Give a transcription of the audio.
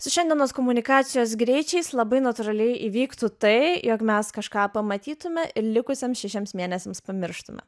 su šiandienos komunikacijos greičiais labai natūraliai įvyktų tai jog mes kažką pamatytume ir likusiems šešiems mėnesiams pamirštume